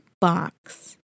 box